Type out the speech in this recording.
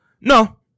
No